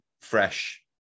fresh